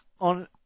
on